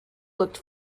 looked